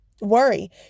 worry